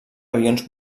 avions